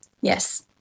Yes